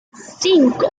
cinco